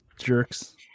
jerks